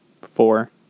Four